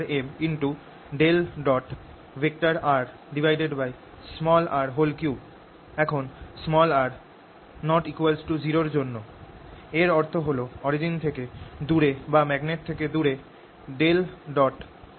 এখন r ≠ 0 এর জন্য এর অর্থ হল অরিজিন থেকে দূরে বা ম্যাগনেট থেকে দূরে rr3 0 হয়